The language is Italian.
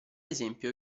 esempio